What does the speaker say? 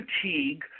fatigue